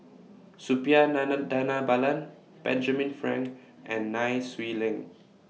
Suppiah Nana Dhanabalan Benjamin Frank and Nai Swee Leng